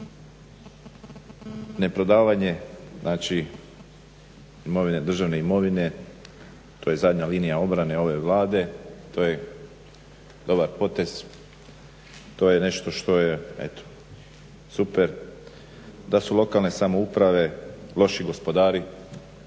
imovine, državne imovine, to je zadnja linija obrane ove Vlade, to je dobar potez, to je nešto što je eto super. Da su lokalne samouprave loši gospodari,